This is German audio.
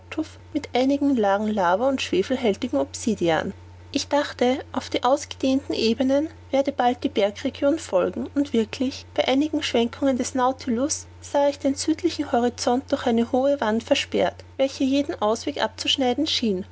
mit einigen lagen lava und schwefeligtem obsidian ich dachte auf die ausgedehnten ebenen werde bald die bergregion folgen und wirklich bei einigen schwenkungen des nautilus sah ich den südlichen horizont durch eine hohe wand versperrt welche jeden ausweg abzuschneiden schien